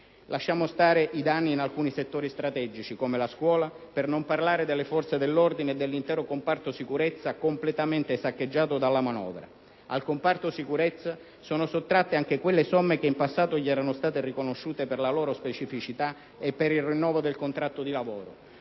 Lasciamo stare i danni in alcuni settori strategici, come la scuola, per non parlare delle forze dell'ordine e dell'intero comparto sicurezza completamente saccheggiato dalla manovra. Al comparto sicurezza sono sottratte anche quelle somme che in passato gli erano state riconosciute per la sua specificità e per il rinnovo del contratto di lavoro,